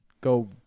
go